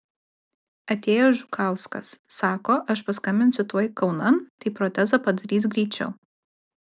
atėjo žukauskas sako aš paskambinsiu tuoj kaunan tai protezą padarys greičiau